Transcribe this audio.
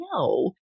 no